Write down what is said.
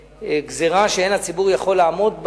גזירה שאין הציבור יכול לעמוד בה,